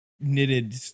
knitted